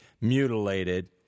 mutilated